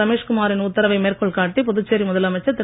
ரமேஷ் குமாரின் உத்தரவை மேற்கோள் காட்டி புதுச்சேரி முதலமைச்சர் திரு